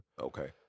Okay